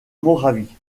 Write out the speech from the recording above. moravie